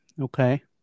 Okay